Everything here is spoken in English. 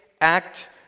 act